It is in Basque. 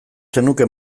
zenuke